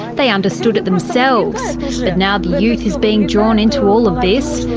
they understood it themselves. but now the youth is being drawn into all of this,